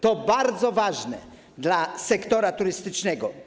To bardzo ważne dla sektora turystycznego.